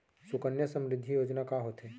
सुकन्या समृद्धि योजना का होथे